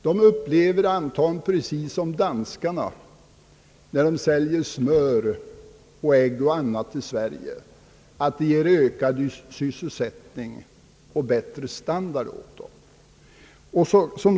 De upplever det antagligen precis på samma sätt som danskarna när de säljer smör och ägg m.m. till Sverige — det ger ökad sysselsättning och högre standard åt dem.